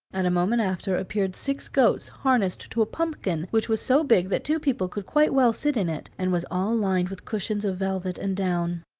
and a moment after appeared six goats, harnessed to a pumpkin, which was so big that two people could quite well sit in it, and was all lined with cushions of velvet and down.